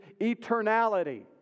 eternality